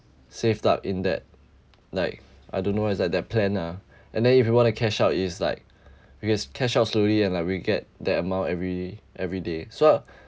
saved up in that like I don't know what is that their plan lah and then if you want to cash out it's like you can cash out slowly and like we get that amount every every day so